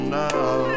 now